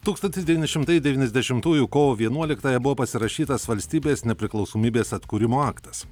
tūkstantis devyni šimtai devyniasdešimtųjų kovo vienuoliktąją buvo pasirašytas valstybės nepriklausomybės atkūrimo aktas